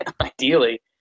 Ideally